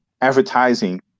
advertising